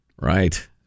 Right